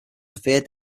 severe